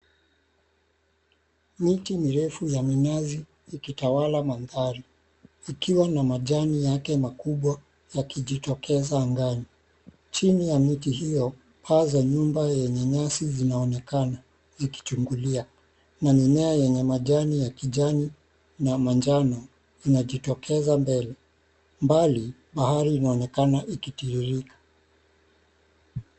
Miti mirefu ya minazi ikitawala mandhari ikiwa na majani yake makubwa yakijitokeza angani, chini ya miti hiyo paa za nyumba yenye nyasi zinaonekana zikichungulia na mimea yenye majani ya kijani na manjano inajitokeza mbele mbali inaonekana mahali ikitiririka.